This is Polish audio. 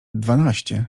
dwanaście